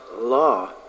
law